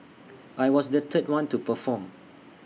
I was the third one to perform